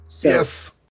Yes